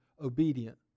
obedient